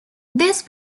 this